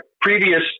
previous